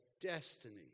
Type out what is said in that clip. destiny